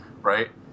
right